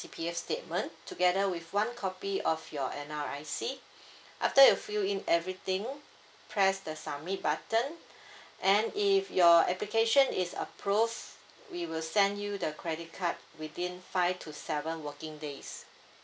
C_P_F statement together with one copy of your N_R_I_C after you fill in everything press the submit button and if your application is approve we will send you the credit card within five to seven working days